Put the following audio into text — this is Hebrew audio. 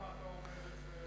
למה אתה אומר את זה עכשיו?